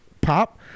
pop